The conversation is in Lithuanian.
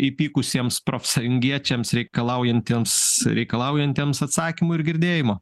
įpykusiems profsąjungiečiams reikalaujantiems reikalaujantiems atsakymų ir girdėjimo